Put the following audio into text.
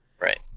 Right